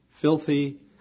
filthy